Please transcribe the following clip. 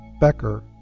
Becker